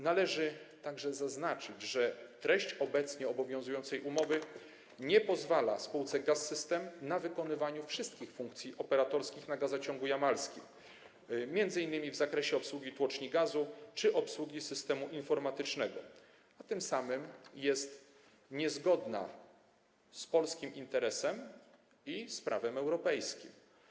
Należy także zaznaczyć, że treść obecnie obowiązującej umowy nie pozwala spółce Gaz-System na wykonywanie wszystkich funkcji operatorskich gazociągu jamalskiego, m.in. w zakresie obsługi tłoczni gazu czy obsługi systemu informatycznego, a tym samym jest niezgodna z polskim interesem i z prawem europejskim.